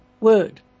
word